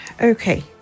Okay